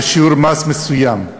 בשיעור מס מסוים,